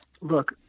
look